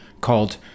called